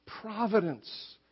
providence